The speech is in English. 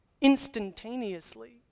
instantaneously